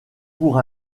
pour